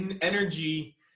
energy